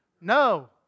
No